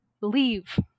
Leave